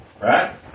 Right